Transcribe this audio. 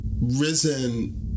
risen